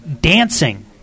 Dancing